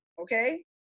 okay